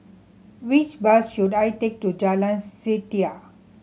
which bus should I take to Jalan Setia